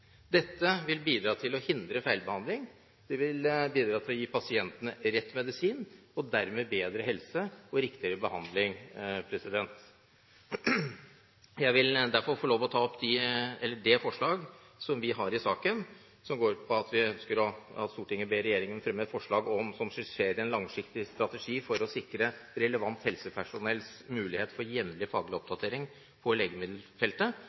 Dette vil bidra til å hindre feilbehandling, og det vil bidra til å gi pasientene rett medisin og dermed bedre helse og riktigere behandling. Jeg vil derfor få lov til å ta opp det forslaget vi har i saken, som går på at vi ønsker at Stortinget ber regjeringen fremme et forslag som skisserer en langsiktig strategi for å sikre relevant helsepersonells mulighet for jevnlig faglig oppdatering på legemiddelfeltet.